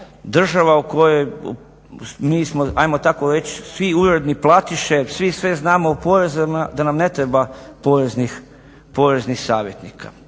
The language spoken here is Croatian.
država u kojoj mi smo ajmo tako reći svi uredni platiše, svi sve znamo o porezima da nam ne treba poreznih savjetnika.